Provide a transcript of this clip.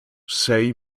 sei